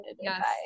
yes